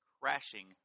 crashing